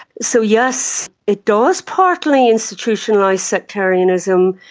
so yes, it does partly institutionalise sectarianism.